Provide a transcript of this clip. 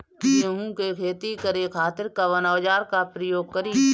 गेहूं के खेती करे खातिर कवन औजार के प्रयोग करी?